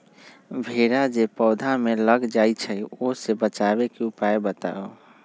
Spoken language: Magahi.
भेरा जे पौधा में लग जाइछई ओ से बचाबे के उपाय बताऊँ?